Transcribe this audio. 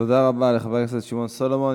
תודה רבה לחבר הכנסת שמעון סולומון.